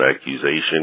accusation